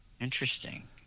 Interesting